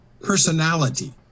personality